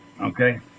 okay